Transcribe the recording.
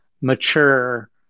mature